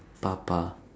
Papa